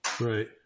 Right